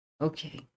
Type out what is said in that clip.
Okay